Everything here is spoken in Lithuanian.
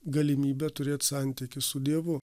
galimybę turėt santykį su dievu